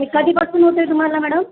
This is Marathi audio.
हे कधीपासून होतं आहे तुम्हाला मॅडम